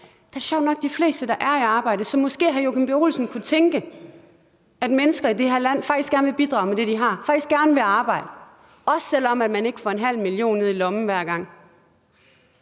er det nok de fleste, der er i arbejde. Så måske hr. Joachim B. Olsen kunne tænke, at mennesker i det her land faktisk gerne vil bidrage med det, de kan, faktisk gerne vil arbejde, også selv om man ikke får ½ mio. kr. ned i lommen hver gang.